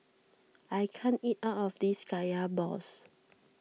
I can't eat all of this Kaya Balls